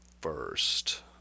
first